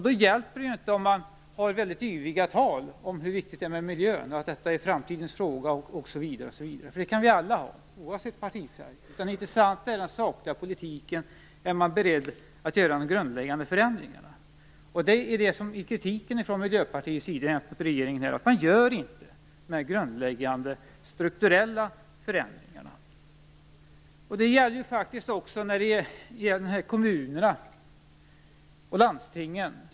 Då hjälper det inte att man håller väldigt yviga tal om hur viktigt det är med miljön, om att detta är framtidens fråga osv. Det kan vi alla hålla, oavsett partifärg. Det intressanta är den sakliga politiken. Är man beredd att göra de grundläggande förändringarna? Det är det som är Miljöpartiets kritik mot regeringen. Man gör inte de grundläggande strukturella förändringarna. Detsamma gäller faktiskt kommunerna och landstingen.